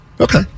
Okay